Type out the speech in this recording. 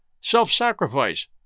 self-sacrifice